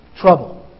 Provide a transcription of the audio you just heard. Trouble